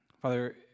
Father